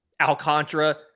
Alcantara